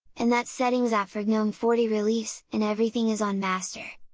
and thats settings app for gnome forty release, and everything is on master.